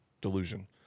delusion